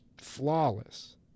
flawless